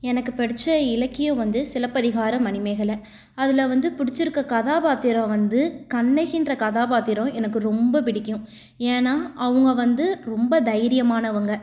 எனக்கு பிடிச்ச இலக்கியம் வந்து சிலப்பதிகாரம் மணிமேகலை அதில் வந்து பிடித்திருக்க கதாபத்திரம் வந்து கண்ணகின்ற கதாபாத்திரம் எனக்கு ரொம்ப பிடிக்கும் ஏன்னா அவங்க வந்து ரொம்ப தைரியமானவங்க